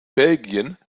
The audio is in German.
belgien